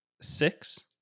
six